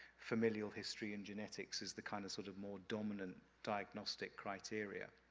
familial history, and genetics, is the kind of, sort of more dominant diagnostic criteria.